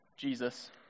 Jesus